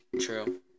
True